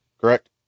Correct